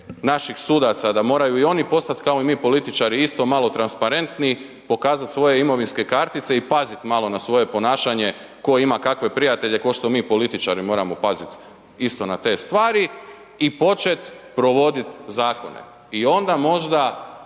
naših sudaca da moraju i oni postati kao i mi političari, isto malo transparentniji, pokazati svoje imovineske kartice i paziti malo na svoje ponašanje tko ima kakve prijatelje, kao što mi političari moramo paziti isto na te stvari i početi provoditi zakone i onda možda